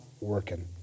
working